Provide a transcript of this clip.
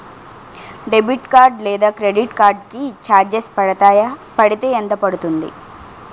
Debit card లేదా credit card కి charges పడతాయా? పడితే ఎంత పడుతుంది?